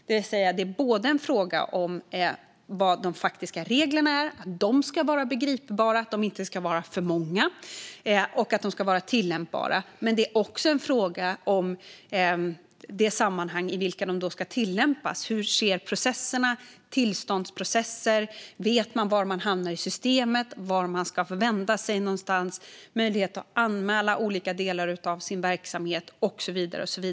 Det handlar om att reglerna ska vara begripliga, tillämpbara och inte för många men också om hur processerna ser ut, som att veta var i systemet man hamnar, vart man ska vända sig, hur man anmäler olika delar av sin verksamhet och så vidare.